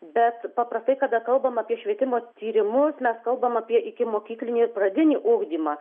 bet paprastai kada kalbam apie švietimo tyrimus mes kalbam apie ikimokyklinį pradinį ugdymą